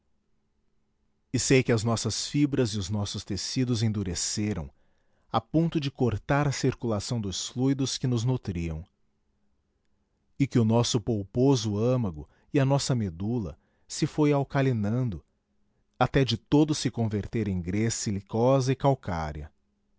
e sei que as nossas fibras e os nossos tecidos endureceram a ponto de cortar a circulação dos fluidos que nos nutriam e que o nosso polposo âmago e a nossa medula se foi alcalinando até de todo se converter em grés siliciosa e calcária